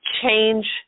change